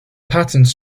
patterns